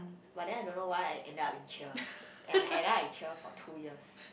but then I don't know why I end up in cheer and I and then I cheer for two years